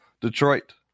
Detroit